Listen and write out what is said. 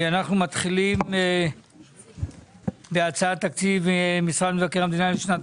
אנחנו מתחילים בהצעת תקציב משרד מבקר המדינה לשנת